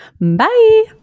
Bye